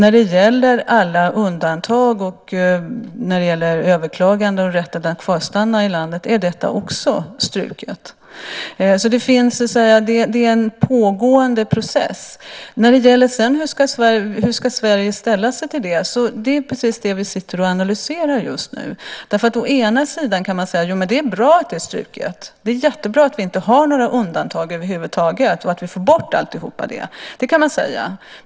Vad gäller alla undantag, överklaganden och rätten att kvarstanna i landet är det också struket. Det är en pågående process. I fråga om hur Sverige ska ställa sig till det sitter vi och analyserar det just nu. Å ena sidan kan man säga att det är bra att det är struket. Det är jättebra att vi inte har några undantag över huvud taget och att vi får bort alltihop. Det kan man säga.